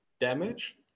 damage